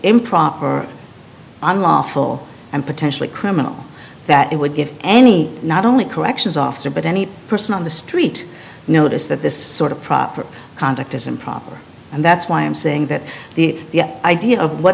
improper unlawful and potentially criminal that it would give any not only corrections officer but any person on the street notice that this sort of proper conduct is improper and that's why i'm saying that the idea of what